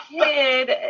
kid